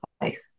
place